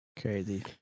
Crazy